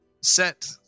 set